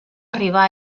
arribar